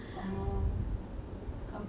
okay you are pretty weird